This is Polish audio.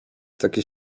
takie